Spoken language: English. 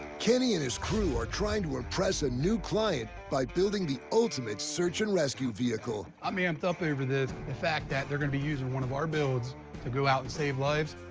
kenny and his crew are trying to impress a new client by building the ultimate search and rescue vehicle. i'm amped up over this. the fact that they're going to be using one of our builds to go out and save lives.